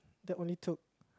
that only took